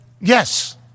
Yes